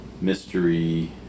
mystery